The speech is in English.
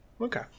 Okay